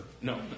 No